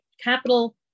capital